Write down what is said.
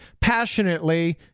passionately